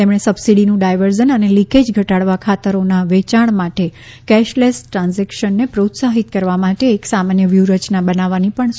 તેમણે સબસિડીનું ડાયવર્ઝન અને લીકેજ ઘટાડવા ખાતરોના વેચાણ માટે કેશલેસ ટ્રાન્ઝેક્શનને પ્રોત્સાહિત કરવા માટે એક સામાન્ય વ્યૂહરચના બનાવવાની પણ સૂચના આપી